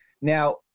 Now